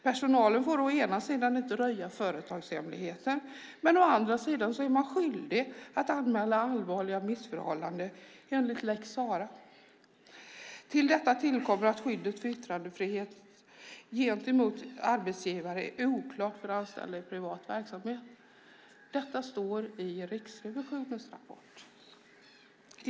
Personalen får å ena sidan inte röja företagshemligheter, men å andra sidan är man skyldig att anmäla allvarliga missförhållanden enligt lex Sarah. Till detta tillkommer att skyddet för yttrandefrihet gentemot arbetsgivare är oklart för anställda i privat verksamhet. Detta står i Riksrevisionens rapport.